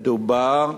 מדובר,